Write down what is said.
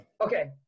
Okay